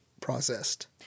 processed